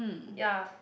ya